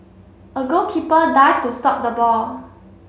a goalkeeper dived to stop the ball